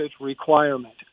requirement